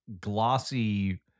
glossy